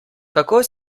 kako